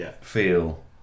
feel